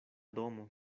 domo